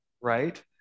right